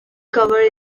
covers